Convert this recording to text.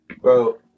Bro